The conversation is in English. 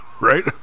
Right